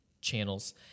channels